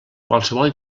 qualsevol